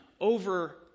over